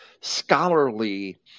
scholarly